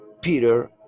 peter